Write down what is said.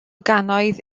gannoedd